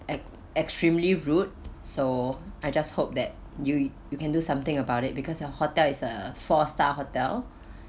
ex~ extremely rude so I just hope that you you can do something about it because your hotel is a four star hotel